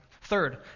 Third